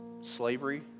slavery